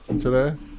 today